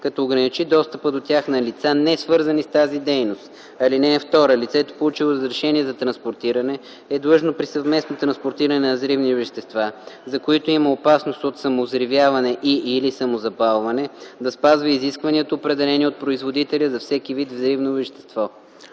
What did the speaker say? като ограничи достъпа до тях на лица, несвързани с тази дейност. (2) Лицето, получило разрешение за транспортиране, е длъжно при съвместно транспортиране на взривни вещества, за които има опасност от самовзривяване и/или самозапалване, да спазва изискванията, определени от производителя за всеки вид взривно вещество.”